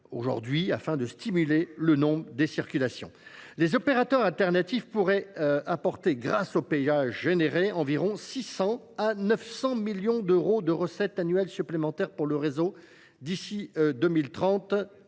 aujourd'hui afin de stimuler le nombre des circulations. Les opérateurs alternatifs pourraient apporter, grâce au payage généré, environ 600 à 900 millions d'euros de recettes annuelles supplémentaires pour le réseau d'ici 2030